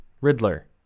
Riddler